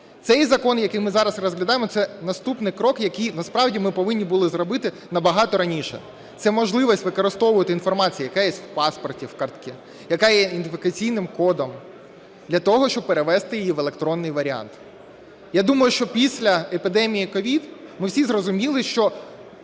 Цей закон, який ми зараз розглядаємо, це наступний крок, який насправді ми повинні були зробити набагато раніше. Це можливість використовувати інформацію, яка є в паспорті, в картці, яка є ідентифікаційним кодом для того, щоб перевести її в електронний варіант. Я думаю, що після епідемії COVID ми всі зрозуміли, що